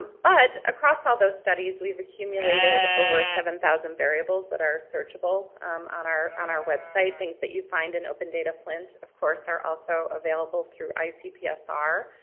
but across all those studies we've accumulated over seven thousand variables that are searchable on our on our website. things that you find in open data flint, of course, are also available through icpsr.